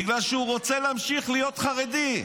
בגלל שהוא רוצה להמשיך להיות חרדי.